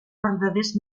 verdaders